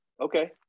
okay